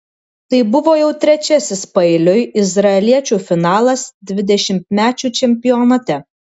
tai buvo jau trečiasis paeiliui izraeliečių finalas dvidešimtmečių čempionate